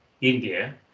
India